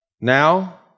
Now